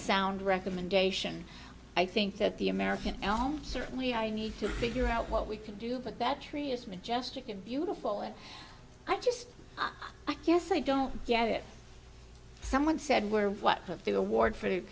sound recommendation i think that the american home certainly i need to figure out what we can do but that tree is majestic and beautiful and i just i guess i don't get it someone said we're what of the award for